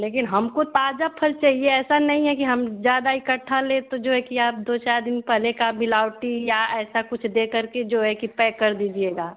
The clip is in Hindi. लेकिन हमको ताज़ा फल चाहिए ऐसा नहीं है कि हम ज़्यादा इकट्ठा लेँ तो जो है कि आप दो चार दिन पहले का मिलावटी या ऐसा कुछ दे करके जो है कि पैक कर दीजिएगा